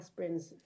aspirins